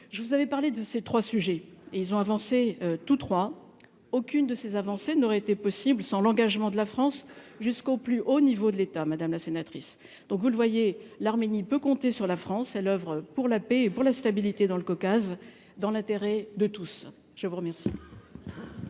je vous avais parlé de ces 3 sujets, ils ont avancé tous trois aucune de ces avancées n'aurait été possible sans l'engagement de la France, jusqu'au plus haut niveau de l'État, madame la sénatrice, donc vous le voyez, l'Arménie, peut compter sur la France et l'oeuvre pour la paix pour la stabilité dans le Caucase, dans l'intérêt de tous, je vous remercie.